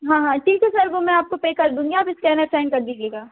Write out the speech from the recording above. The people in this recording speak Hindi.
हाँ हाँ ठीक है सर वो मैं आपको पे कर दूँगी आप इस्केनर सेंड कर दीजिएगा